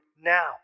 now